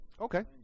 Okay